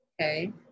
okay